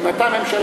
אם אתה ממשלה,